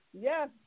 Yes